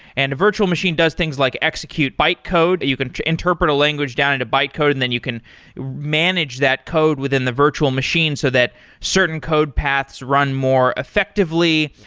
and virtual machine does things like execute bytecode. you can interpret a language down into bytecode and then you can manage that code within the virtual machine so that certain code paths run more effectively.